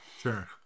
Sure